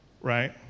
right